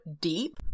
deep